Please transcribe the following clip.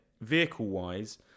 vehicle-wise